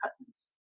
cousins